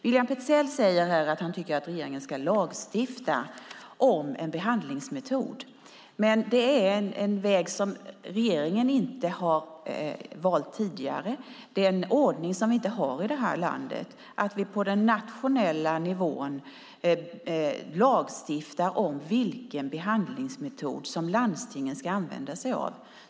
William Petzäll säger här att han tycker att regeringen ska lagstifta om en behandlingsmetod. Men det är en väg som regeringen inte har valt tidigare. Det är en ordning som vi inte har i det här landet. På den nationella nivån lagstiftar vi inte om vilken behandlingsmetod som landstingen ska använda sig av.